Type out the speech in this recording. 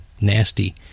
nasty